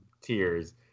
tears